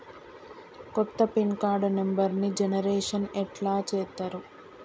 కొత్త PIN card నెంబర్ని generation ఎట్లా చేత్తరు?